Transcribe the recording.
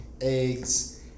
eggs